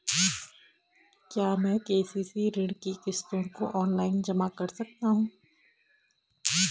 क्या मैं के.सी.सी ऋण की किश्तों को ऑनलाइन जमा कर सकता हूँ?